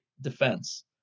defense